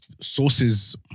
sources